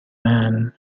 man